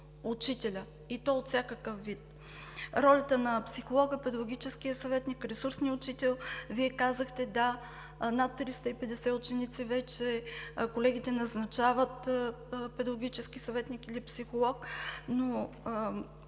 учителя, и то от всякакъв вид. Ролята на психолога, педагогическия съветник, ресурсния учител – Вие казахте, с над 350 ученици колегите назначават педагогически съветник или психолог, но